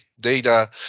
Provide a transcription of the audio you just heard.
data